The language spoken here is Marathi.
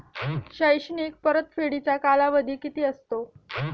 शैक्षणिक परतफेडीचा कालावधी किती असतो?